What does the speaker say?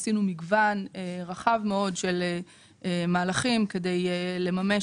עשינו מגוון רחב מאוד של מהלכים כדי לממש